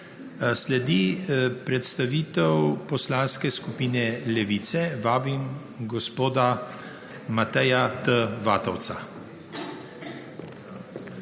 Sledi predstavitev poslanske skupine Levica. Vabim gospoda Mateja T. Vatovca.